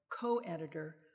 co-editor